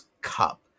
Cup